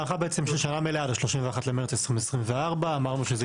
הארכה בעצם של שנה מלאה עד ה-31 במרץ 2024. אמרנו שזה